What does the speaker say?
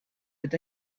with